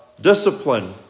discipline